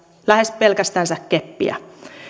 lähes pelkästänsä keppiä